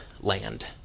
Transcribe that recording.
land